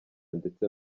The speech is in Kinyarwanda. ndetse